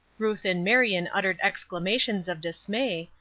ruth and marion uttered exclamations of dismay,